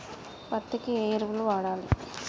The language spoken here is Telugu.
పత్తి కి ఏ ఎరువులు వాడాలి?